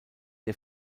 der